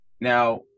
Now